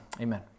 amen